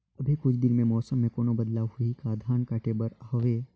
अभी कुछ दिन मे मौसम मे कोनो बदलाव होही का? धान काटे बर हवय?